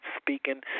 speaking